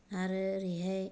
आरो ओरैहाय